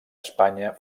espanya